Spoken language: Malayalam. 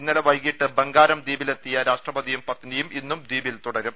ഇന്നലെ വൈകീട്ട് ബംഗാരം ദ്വീപിലെത്തിയ രാഷ്ട്രപതിയും പത്നിയും ഇന്നും ദ്വീപിൽ തുടരും